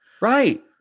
Right